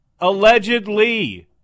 allegedly